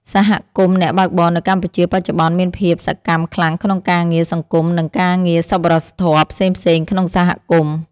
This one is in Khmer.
សហគមន៍អ្នកបើកបរនៅកម្ពុជាបច្ចុប្បន្នមានភាពសកម្មខ្លាំងក្នុងការងារសង្គម និងការងារសប្បុរសធម៌ផ្សេងៗក្នុងសហគមន៍។